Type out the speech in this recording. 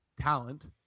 talent